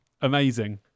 amazing